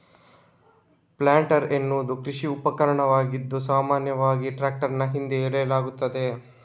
planter ಎನ್ನುವುದು ಕೃಷಿ ಉಪಕರಣವಾಗಿದ್ದು, ಸಾಮಾನ್ಯವಾಗಿ ಟ್ರಾಕ್ಟರಿನ ಹಿಂದೆ ಎಳೆಯಲಾಗುತ್ತದೆ